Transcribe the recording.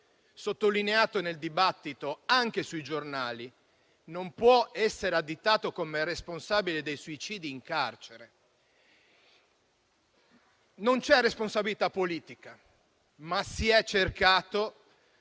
sottolineato nel dibattito anche sui giornali, come responsabile dei suicidi in carcere. Non c'è responsabilità politica, ma si è cercato